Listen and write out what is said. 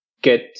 Get